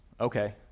Okay